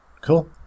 Cool